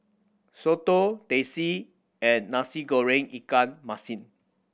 soto Teh C and Nasi Goreng ikan masin